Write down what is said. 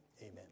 Amen